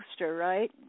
right